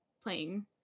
playing